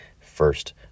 first